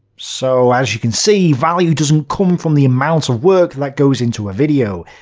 so as you can see, value doesn't come from the amount of work that goes into a video.